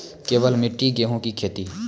केवल मिट्टी गेहूँ की खेती?